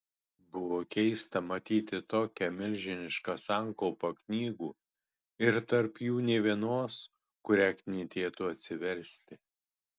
buvo keista matyti tokią milžinišką sankaupą knygų ir tarp jų nė vienos kurią knietėtų atsiversti